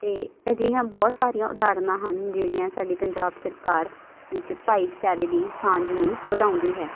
ਅਤੇ ਅਜਿਹੀਆਂ ਬਹੁਤ ਸਾਰੀਆਂ ਉਦਾਹਰਨਾਂ ਹਨ ਜਿਹੜੀਆਂ ਸਾਡੇ ਪੰਜਾਬ ਸਰਕਾਰ ਵਿੱਚ ਭਾਈਚਾਰੇ ਦੀ ਸਾਂਝ ਨੂੰ ਵਧਾਉਂਦੀ ਹੈ